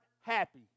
happy